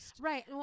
Right